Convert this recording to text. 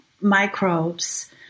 microbes